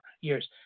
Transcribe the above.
years